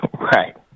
Right